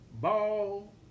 Ball